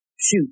Shoot